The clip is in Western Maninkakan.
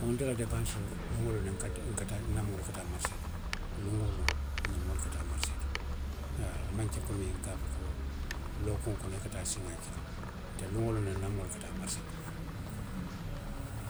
Nte la depaansoo nŋa wo loŋ ne kaatu nka taa, nte la moolu ka taa marisee to. Luŋ woo luŋ nna moolu ka taa marisse to. Haa a maŋ ke komiŋ ka fo ko lookuŋo kono i ka taa siiňaa kiliŋ. Nte luŋ woo luŋ noŋ nna moolu ka taa marisee to.